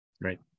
Right